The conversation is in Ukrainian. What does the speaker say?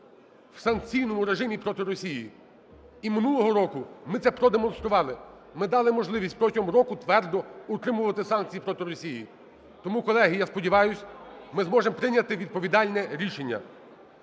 в санкційному режимі проти Росії, і минулого року ми це продемонстрували, ми дали можливість протягом року твердо утримувати санкції проти Росії. Тому, колеги, я сподіваюсь, ми зможемо прийняти відповідальне рішення.